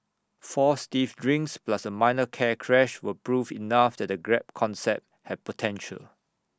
four stiff drinks plus A minor car crash were proof enough that the grab concept had potential